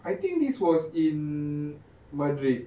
I think this was in madrid